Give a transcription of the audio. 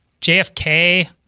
JFK